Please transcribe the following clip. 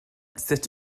sut